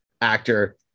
actor